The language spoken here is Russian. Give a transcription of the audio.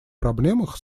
проблемах